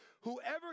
Whoever